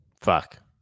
Fuck